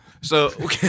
So-